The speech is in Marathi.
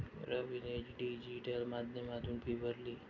रवीने डिजिटल माध्यमातून फी भरली